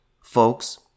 folks